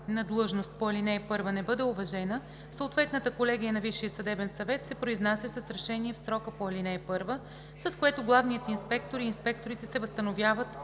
на длъжност по ал. 1 не бъде уважена, съответната колегия на Висшия съдебен съвет се произнася с решение в срока по ал. 1, с което главният инспектор и инспекторите се възстановяват